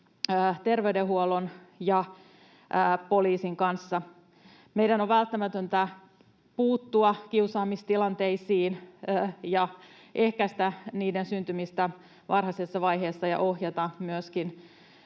terveydenhuollon ja poliisin kanssa. Meidän on välttämätöntä puuttua kiusaamistilanteisiin ja ehkäistä niiden syntymistä varhaisessa vaiheessa ja myöskin